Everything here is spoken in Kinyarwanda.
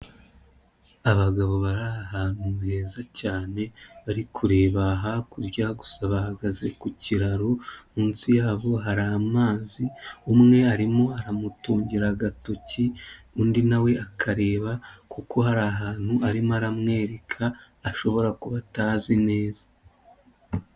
Abagabo bari ahantu heza cyane bari kureba hakurya gusa bahagaze ku kiraro, munsi yabo hari amazi, umwe arimo aramutungira agatoki undi na we akareba kuko hari ahantu arimo aramwereka ashobora kuba atazi neza.